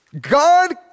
God